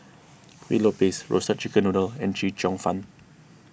Kueh Lopes Roasted Chicken Noodle and Chee Cheong Fun